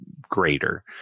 greater